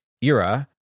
era